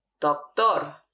Doctor